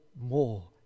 more